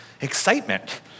excitement